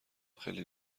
خیلی